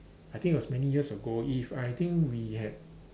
I think it was many years ago if I think we had